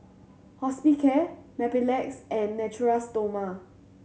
Hospicare Mepilex and Natura Stoma